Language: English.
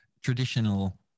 traditional